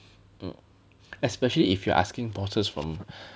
mm especially if you're asking bosses from